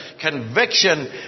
conviction